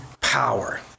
power